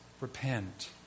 Repent